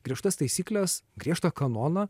griežtas taisykles griežtą kanoną